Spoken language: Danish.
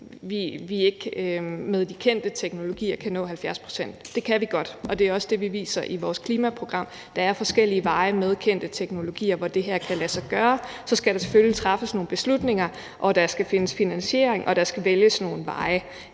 med de kendte teknologier kan nå 70 pct. Det kan vi godt, og det er også det, vi viser i vores klimaprogram. Der er forskellige veje med kendte teknologier, hvormed det her kan lade sig gøre. Så skal der selvfølgelig træffes nogle beslutninger, og der skal findes finansiering, og der skal vælges nogle veje.